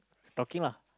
talking lah